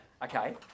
Okay